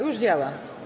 Już działa.